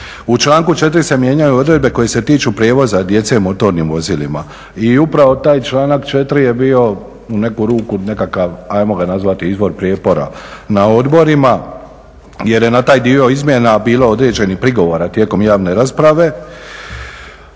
U članku 4. se mijenjaju odredbe koje se tiču prijevoza djece motornim vozilima i upravo taj članak 4. je bio u neku ruku nekakav ajmo ga nazvati izvor prijepora na odborima jer je na taj dio izmjena bilo određenih prigovora tijekom javne rasprave,